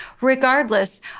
regardless